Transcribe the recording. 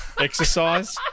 Exercise